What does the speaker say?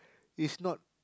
is not